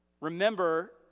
Remember